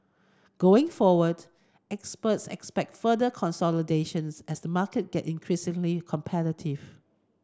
going forward experts expect further consolidations as the market get increasingly competitive